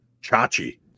Chachi